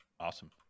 awesome